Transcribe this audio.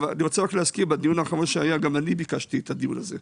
אני רוצה להזכיר שבדיון האחרון שהיה גם אני ביקשתי את הדיון הזה.